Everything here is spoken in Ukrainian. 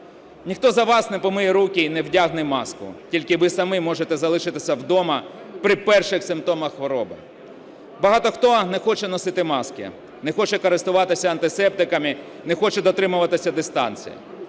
Ніхто за вас не помиє руки і не вдягне маску, тільки ви самі можете залишитися дома при перших симптомах хвороби. Багато хто не хоче носити маски, не хоче користуватися антисептиками, не хоче дотримуватися дистанції,